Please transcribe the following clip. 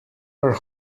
are